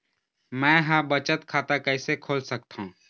मै ह बचत खाता कइसे खोल सकथों?